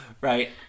Right